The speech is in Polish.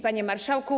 Panie Marszałku!